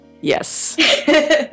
Yes